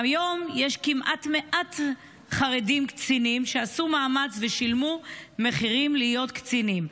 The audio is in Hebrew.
כיום יש מעט קצינים חרדים שעשו מאמץ ושילמו מחירים להיות קצינים,